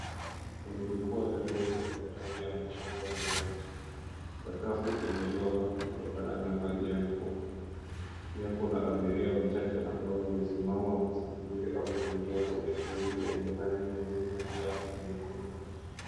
Kwenye jukwaa la reli yenye rangi ya manjano imeloa kutokana na maji ya mvua. Pia Kuna abiria wachache ambao wamesimama wakisuburi au kuingia kwenye treni lenye rangi nyeupe, njano na nyekundu.